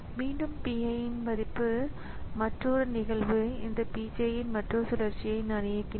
ஒரு நிகழ்வின் நிகழ்வுகள் குறுக்கீட்டால் அடையாளம் காணப்படுகின்றன